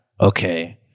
Okay